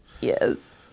Yes